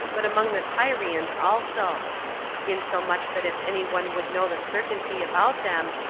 but among the tyrians also insomuch that if any one would know the certainty about them,